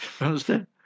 understand